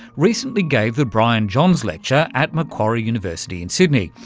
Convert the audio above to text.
recently gave the brian johns lecture at macquarie university in sydney,